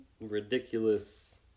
ridiculous